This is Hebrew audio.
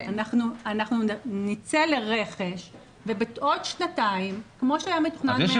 אנחנו נצא לרכש ובעוד שנתיים כמו שהיה מתוכנן מהתחלה --- אז